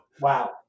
Wow